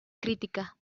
crítica